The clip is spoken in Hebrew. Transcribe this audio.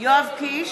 יואב קיש,